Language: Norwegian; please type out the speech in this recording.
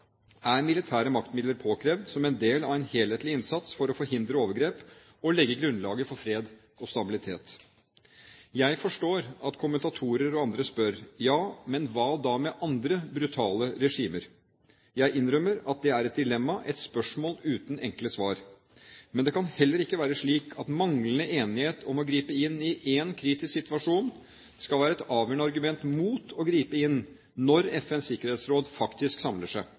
er militære maktmidler påkrevd som en del av en helhetlig innsats for å forhindre overgrep og legge grunnlaget for fred og stabilitet. Jeg forstår at kommentatorer og andre spør: Ja, men hva med andre brutale regimer? Jeg innrømmer at det er et dilemma, et spørsmål uten enkle svar. Men det kan heller ikke være slik at manglende enighet om å gripe inn i én kritisk situasjon skal være et avgjørende argument mot å gripe inn når FNs sikkerhetsråd faktisk samler seg.